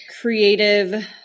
creative